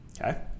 Okay